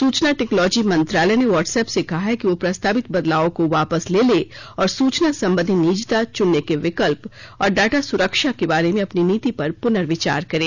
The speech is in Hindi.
सूचना टेक्नोलॉजी मंत्रालय ने व्हाट्सऐप से कहा है कि वह प्रस्तावित बदलावों को वापस ले ले और सूचना संबंधी निजता चुनने के विकल्प और डाटा सुरक्षा के बारे में अपनी नीति पर पुनर्विचार करे